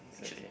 it's okay